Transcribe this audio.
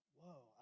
whoa